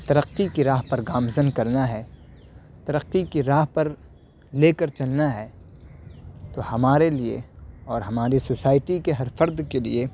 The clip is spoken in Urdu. ترقی کی راہ پر گامزن کرنا ہے ترقی کی راہ پر لے کر چلنا ہے تو ہمارے لیے اور ہماری سوسائٹی کے ہر فرد کے لیے